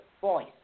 voice